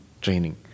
training